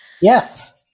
Yes